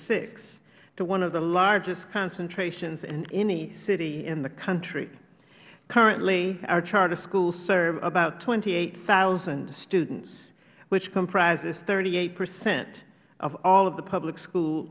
six to one of the largest concentrations in any city in the country currently our charter schools serve about twenty eight thousand students which comprises thirty eight percent of all of the public school